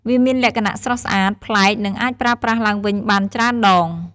វាមានលក្ខណៈស្រស់ស្អាត ប្លែក និងអាចប្រើប្រាស់ឡើងវិញបានច្រើនដង។